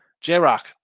J-Rock